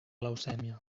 leucèmia